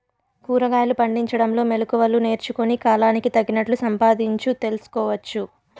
కూరగాయలు పండించడంలో మెళకువలు నేర్చుకుని, కాలానికి తగినట్లు సంపాదించు తెలుసుకోవచ్చు